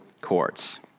courts